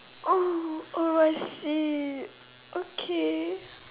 oh I see okay